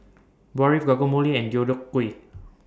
Barfi Guacamole and Deodeok Gui